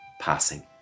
passing